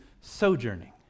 sojourning